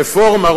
"רפורמה",